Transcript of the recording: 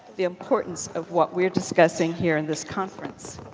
the importance of what we are discussing here in this conference.